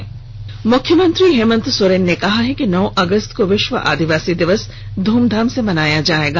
मख्यमंत्री मुख्यमंत्री हेमंत सोरेन ने कहा है कि नौ अगस्त को विश्व आदिवासी दिवस धूमधाम से मनाया जाएगा